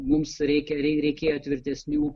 mums reikia reikėjo tvirtesnių